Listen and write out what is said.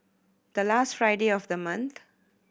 the last Friday of the month